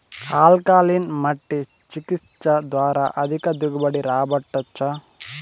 alkaline మట్టి చికిత్స ద్వారా అధిక దిగుబడి రాబట్టొచ్చా